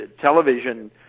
television